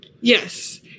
Yes